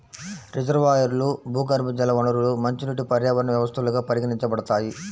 రిజర్వాయర్లు, భూగర్భజల వనరులు మంచినీటి పర్యావరణ వ్యవస్థలుగా పరిగణించబడతాయి